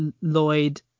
lloyd